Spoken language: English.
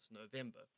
November